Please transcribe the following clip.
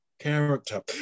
Character